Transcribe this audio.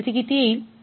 तर ती किती येईल